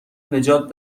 نجات